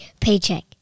paycheck